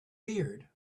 beard